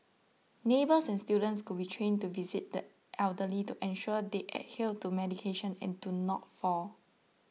neighbours and students could be trained to visit the elderly to ensure they adhere to medication and do not fall